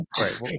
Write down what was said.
right